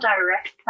direct